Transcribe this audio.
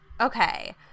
Okay